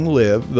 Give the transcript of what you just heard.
live